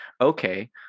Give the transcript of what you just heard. okay